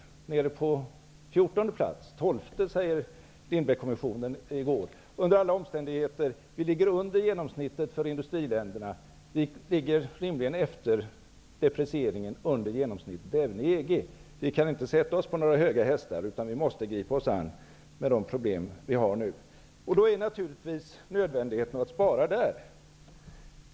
Vi är nere på fjortonde plats, tolfte sade Lindbeckkommissionen i går. Under alla omständigheter ligger Sverige under genomsnittet för industriländerna, och vi ligger efter deprecieringen rimligen även under genomsnittet i EG. Vi kan inte sätta oss på några höga hästar, utan vi måste gripa oss an de problem vi nu har. Då finns naturligtvis nödvändigheten att spara här.